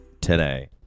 today